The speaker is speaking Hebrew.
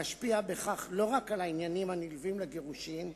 משפיע בכך לא רק על העניינים הנלווים לגירושין,